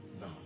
No